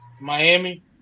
Miami